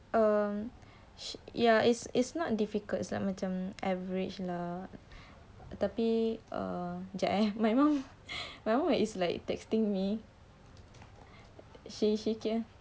ya it's it's not difficult it's like macam average lah tapi jap eh my mum my mum is like texting me